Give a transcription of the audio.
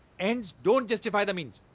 ends don't justify the means.